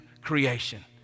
creation